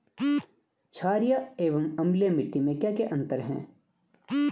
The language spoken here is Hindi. छारीय एवं अम्लीय मिट्टी में क्या क्या अंतर हैं?